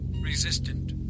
Resistant